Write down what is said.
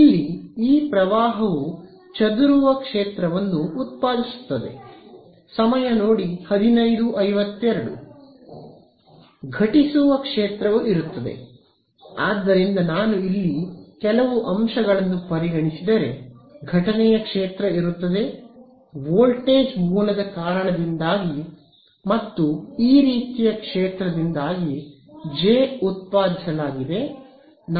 ಇಲ್ಲಿ ಈ ಪ್ರವಾಹವು ಚದುರುವ ಕ್ಷೇತ್ರವನ್ನು ಉತ್ಪಾದಿಸುತ್ತದೆ ಘಟಿಸುವ ಕ್ಷೇತ್ರವು ಇರುತ್ತದೆ ಆದ್ದರಿಂದ ನಾನು ಇಲ್ಲಿ ಕೆಲವು ಅಂಶಗಳನ್ನು ಪರಿಗಣಿಸಿದರೆ ಘಟನೆಯ ಕ್ಷೇತ್ರ ಇರುತ್ತದೆ ವೋಲ್ಟೇಜ್ ಮೂಲದ ಕಾರಣದಿಂದಾಗಿ ಮತ್ತು ಈ ರೀತಿಯ ಕ್ಷೇತ್ರದಿಂದಾಗಿ ಜೆ ಉತ್ಪಾದಿಸಲಾಗಿದೆ